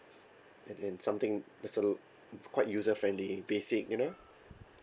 and and something better quite user friendly basic you know